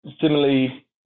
Similarly